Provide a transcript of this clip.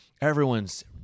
everyone's